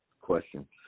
question